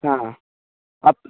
हा अप्